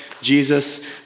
Jesus